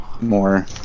more